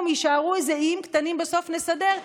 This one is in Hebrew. יישארו איזה איים קטנים ובסוף נסדר,